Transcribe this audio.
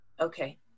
Okay